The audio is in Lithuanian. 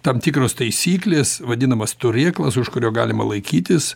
tam tikros taisyklės vadinamas turėklas už kurio galima laikytis